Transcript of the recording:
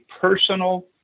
personal